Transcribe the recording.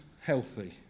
healthy